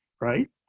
right